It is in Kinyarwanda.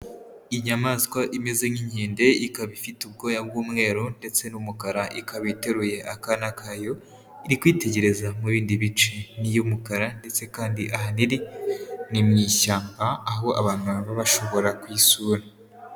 Inyamaswa imeze nk'inkende ikaba ifite ubwoya bw'umweru ndetse n'umukara, ikaba iteruye akana kayo, iri kwitegereza mu bindi bice ni iy'umukara ndetse kandi ahanini ni mu ishyamba aho abantu baba bashobora kuyisura.